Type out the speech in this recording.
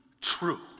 true